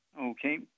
Okay